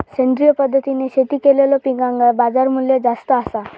सेंद्रिय पद्धतीने शेती केलेलो पिकांका बाजारमूल्य जास्त आसा